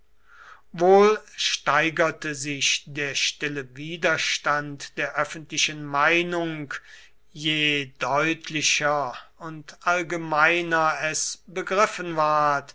wohl steigerte sich der stille widerstand der öffentlichen meinung je deutlicher und allgemeineres begriffen ward